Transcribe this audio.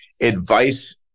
advice